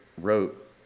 wrote